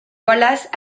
wallace